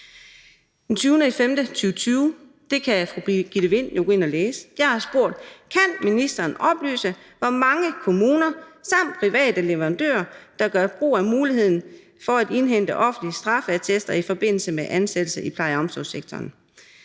den 20. maj 2020. Det kan fru Birgitte Vind jo gå ind at læse. Jeg har spurgt: »Kan ministeren oplyse, hvor mange kommuner samt private leverandører, der gør brug af muligheden for at indhente offentlige straffeattester i forbindelse med ansættelse i pleje- og omsorgssektoren?«